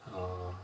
ah